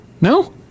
No